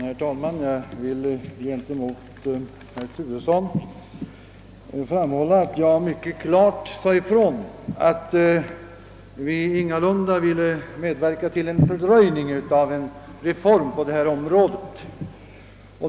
Herr talman! Jag vill med anledning av herr Turessons inlägg framhålla att jag mycket klart sade ifrån att vi ingalunda ville medverka till en fördröjning av en reform på detta område.